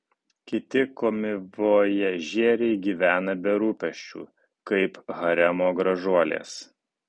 kiti komivojažieriai gyvena be rūpesčių kaip haremo gražuolės